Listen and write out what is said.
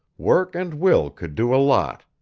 work and will could do a lot,